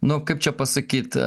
nu kaip čia pasakyt